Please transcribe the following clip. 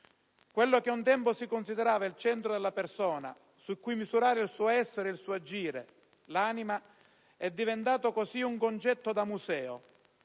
Quello che un tempo si considerava il centro della persona, su cui misurare il suo essere e il suo agire, l'anima, è diventato, così, un concetto da museo.